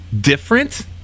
different